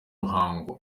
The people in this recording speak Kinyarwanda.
ruhango